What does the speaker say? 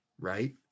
right